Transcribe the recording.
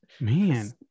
Man